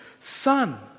Son